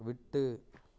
விட்டு